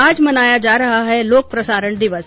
आज मनाया जा रहा है लोक प्रसारण दिवस